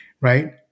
Right